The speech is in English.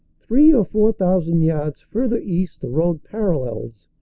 three or four thousand yards further east the road parallels,